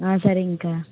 ஆ சரிங்கக்கா